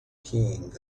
king